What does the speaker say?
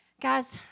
Guys